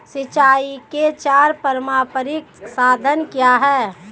सिंचाई के चार पारंपरिक साधन क्या हैं?